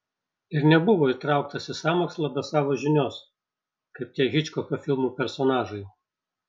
ir nebuvo įtrauktas į sąmokslą be savo žinios kaip tie hičkoko filmų personažai